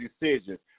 decisions